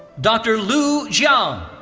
dr. lu jiang.